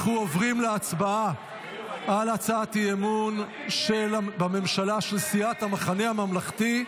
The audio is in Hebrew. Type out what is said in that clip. עוברים להצבעה על הצעת אי-אמון בממשלה של סיעת המחנה הממלכתי.